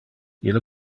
ille